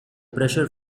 pressure